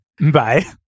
Bye